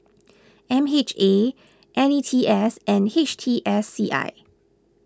M H A N E T S and H T S C I